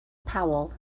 powell